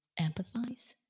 empathize